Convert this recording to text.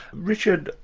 richard,